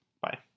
Bye